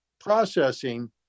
processing